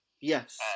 Yes